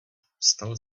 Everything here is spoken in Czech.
vstal